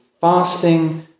fasting